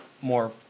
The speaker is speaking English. more